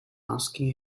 asking